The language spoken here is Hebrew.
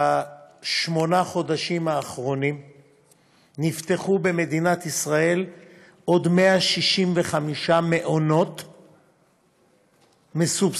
בשמונת החודשים האחרונים נפתחו במדינת ישראל עוד 165 מעונות מסובסדים.